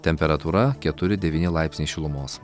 temperatūra keturi devyni laipsniai šilumos